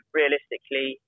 realistically